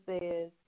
says